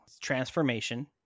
transformation